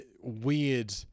weird